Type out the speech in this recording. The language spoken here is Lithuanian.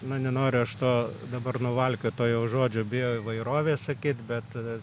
na nenoriu aš to dabar nuvalkioto jau žodžio bijo įvairovės sakyt bet